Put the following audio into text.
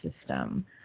system